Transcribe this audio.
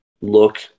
look